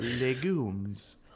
Legumes